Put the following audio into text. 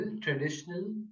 traditional